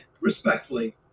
respectfully